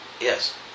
Yes